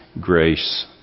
grace